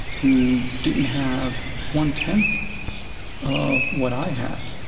who didn't have one-tenth of what i had,